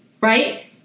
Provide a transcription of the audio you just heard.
right